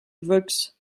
volx